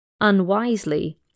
Unwisely